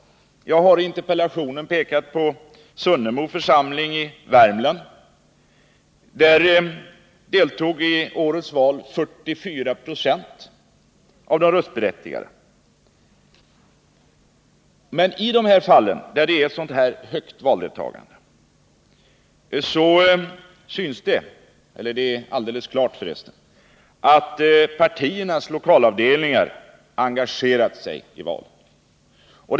Jag har i interpellationen pekat på Sunnemo församling i Värmland. Där deltog i årets val 44 96 av de röstberättigade. I de fall där valdeltagandet är högt står det helt klart att partiernas lokalavdelningar engagerar sig i valen.